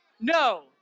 No